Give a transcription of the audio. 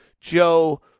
Joe